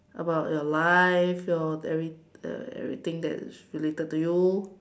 about your life your every uh everything that is related to you